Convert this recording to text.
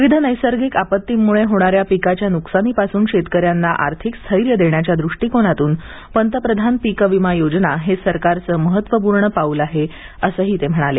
विविध नैसर्गिक आपत्तींमुळे होणाऱ्या पिकाच्या नुकसानीपासून शेतकऱ्यांना आर्थिक स्थैर्य देण्याच्या दृष्टीकोनातून पंतप्रधान पिक विमा योजना हे सरकारचे महत्त्वपूर्ण पाऊल आहे असंही ते म्हणाले